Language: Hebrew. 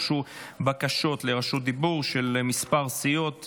הוגשו בקשות לרשות דיבור של כמה סיעות.